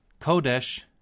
Kodesh